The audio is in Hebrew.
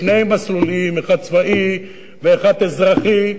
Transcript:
שני מסלולים: אחד צבאי ואחד אזרחי,